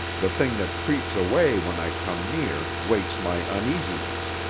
the thing that creeps away when i come near wakes my uneasiness.